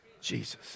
Jesus